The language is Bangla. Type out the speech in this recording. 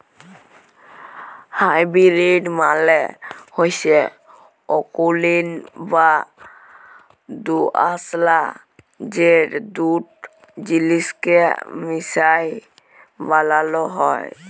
হাইবিরিড মালে হচ্যে অকুলীন বা দুআঁশলা যেট দুট জিলিসকে মিশাই বালালো হ্যয়